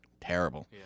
terrible